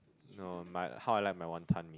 no my how I like my Wanton-Mee